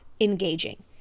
engaging